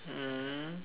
mm